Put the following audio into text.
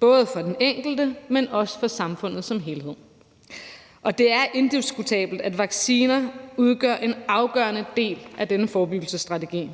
både for den enkelte, men også for samfundet som helhed, og det er indiskutabelt, at vacciner udgør en afgørende del af denne forebyggelsesstrategi.